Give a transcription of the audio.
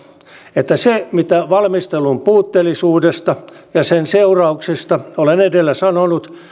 että se mitä valmistelun puutteellisuudesta ja sen seurauksista olen edellä sanonut